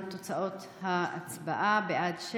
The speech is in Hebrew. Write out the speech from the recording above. להלן תוצאות ההצבעה: בעד,